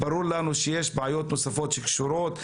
ברור לנו שיש בעיות נוספות שקשורות,